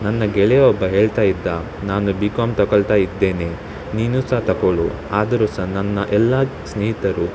ನನ್ನ ಗೆಳೆಯ ಒಬ್ಬ ಹೇಳ್ತಾ ಇದ್ದ ನಾನು ಬಿ ಕಾಮ್ ತೊಗೊಳ್ತಾ ಇದ್ದೇನೆ ನೀನು ಸಹ ತೊಗೊಳ್ಳು ಆದರೂ ಸಹ ನನ್ನ ಎಲ್ಲ ಸ್ನೇಹಿತರು